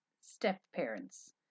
step-parents